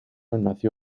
nació